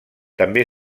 també